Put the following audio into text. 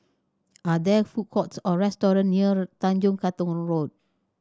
are there food courts or restaurant near Tanjong Katong Road